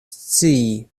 scii